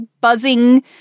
buzzing